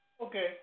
Okay